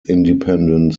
independent